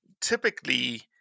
typically